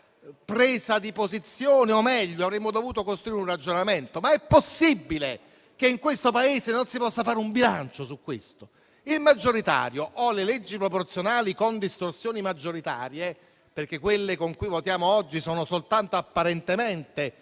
presa di posizione (o, meglio, avremmo dovuto costruire un ragionamento). È possibile che in questo Paese non si possa fare un bilancio su ciò? Faccio riferimento al maggioritario o alle leggi proporzionali con distorsioni maggioritarie, poiché quelle con cui votiamo oggi sono soltanto apparentemente